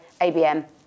ABM